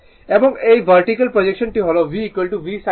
এবং এই ভার্টিকাল প্রজেকশনটি হল V V sin α